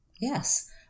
Yes